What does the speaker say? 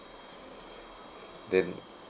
then